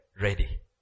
ready